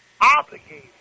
obligated